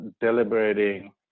deliberating